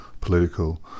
political